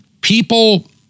people